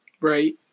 Right